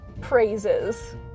praises